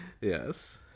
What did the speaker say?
Yes